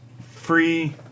free